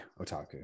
otaku